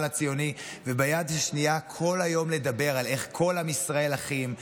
הציוני וביד השנייה כל היום לדבר על איך כל עם ישראל אחים?